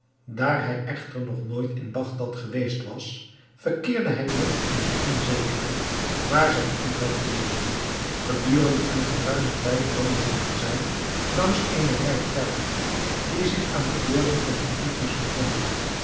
daar hij echter nooit in bagdad geweest was verkeerde hij nog in het onzekere waar zijn intrek te nemen gedurende een geruimen tijd wandelden zij langs eene rij tuinen die zich aan de boorden van den tigris bevonden